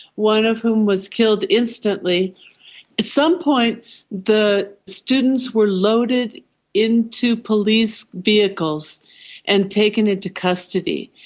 one of whom was killed instantly. at some point the students were loaded into police vehicles and taken into custody,